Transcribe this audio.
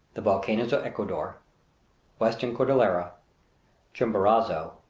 the volcanoes of ecuador western cordillera chimborazo